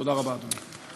תודה רבה, אדוני.